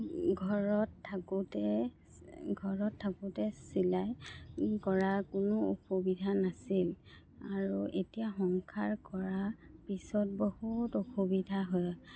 ঘৰত থাকোঁতে ঘৰত থাকোঁতে চিলাই কৰা কোনো অসুবিধা নাছিল আৰু এতিয়া সংসাৰ কৰা পিছত বহুত অসুবিধা হয়